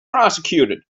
prosecuted